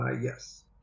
yes